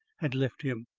had left him.